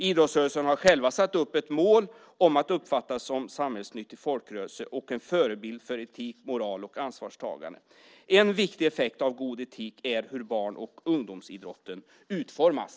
Idrottsrörelsen har själv satt upp ett mål om att uppfattas som samhällsnyttig folkrörelse och en förebild när det gäller etik, moral och ansvarstagande. En viktig effekt av god etik är hur barn och ungdomsidrotten ut-formas.